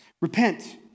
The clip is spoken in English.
Repent